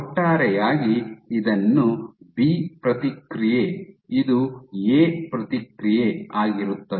ಒಟ್ಟಾರೆಯಾಗಿ ಇದನ್ನು ಬಿ ಪ್ರತಿಕ್ರಿಯೆ ಇದು ಎ ಪ್ರತಿಕ್ರಿಯೆ ಆಗಿರುತ್ತದೆ